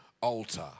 altar